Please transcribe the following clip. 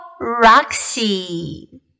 Roxy